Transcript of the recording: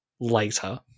later